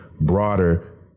broader